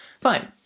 Fine